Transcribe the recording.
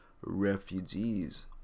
refugees